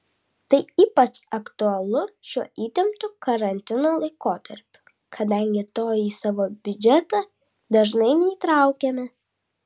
tai ypač aktualu šiuo įtemptu karantino laikotarpiu kadangi to į savo biudžetą dažnai neįtraukiame